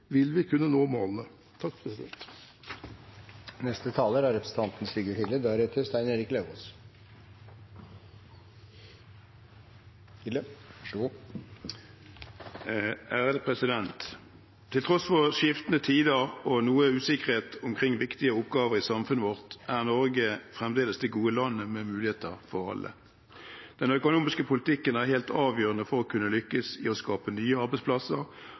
vil vi kunne nå målene. Til tross for skiftende tider og noe usikkerhet omkring viktige oppgaver i samfunnet vårt er Norge fremdeles det gode landet med muligheter for alle. Den økonomiske politikken er helt avgjørende for å kunne lykkes i å skape nye arbeidsplasser